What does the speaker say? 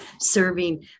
serving